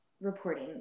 reporting